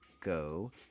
go